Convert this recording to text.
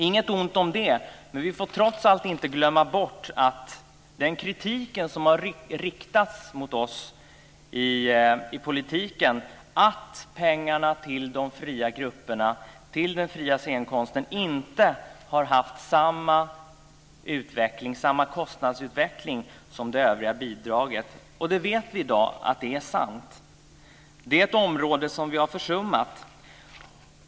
Inget ont om det, men vi får trots allt inte glömma bort den kritik som har riktats mot oss i politiken, att pengarna till de fria grupperna, till den fria scenkonsten inte har haft samma utveckling som det övriga bidraget. Vi vet i dag att det är sant. Det är ett område som vi har försummat.